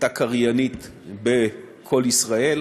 הייתה קריינית בקול ישראל,